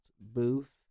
booth